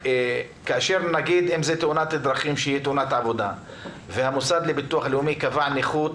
כאשר יש תאונת דרכים שהיא תאונת עבודה והמוסד לביטוח לאומי קבע נכות